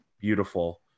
beautiful